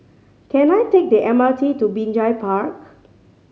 can I take the M R T to Binjai Park